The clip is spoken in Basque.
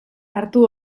hartu